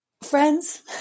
Friends